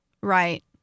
Right